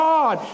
God